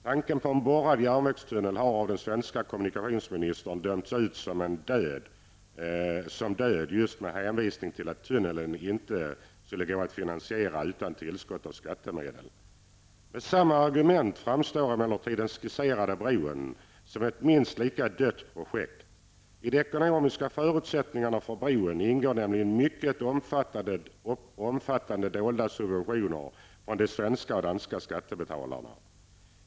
Tanken på en borrad järnvägstunnel har av den svenska kommunikationsministern dömts ut som ''död'' just med hänvisning till att tunneln inte skulle gå att finansiera utan tillskott av skattemedel. Med samma argument framstår emellertid den skisserade bron som ett minst lika ''dött'' projekt. I de ekonomiska förutsättningarna för bron ingår nämligen mycket omfattande dolda subventioner från de svenska och danska skattebetalarna.